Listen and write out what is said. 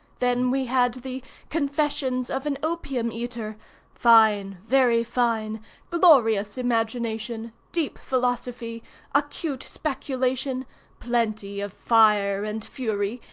then we had the confessions of an opium-eater' fine, very fine glorious imagination deep philosophy acute speculation plenty of fire and fury,